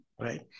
right